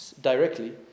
Directly